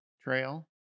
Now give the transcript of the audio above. Trail